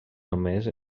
només